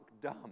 dumb